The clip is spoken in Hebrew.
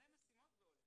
הוא מפנה משימות והולך